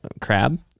crab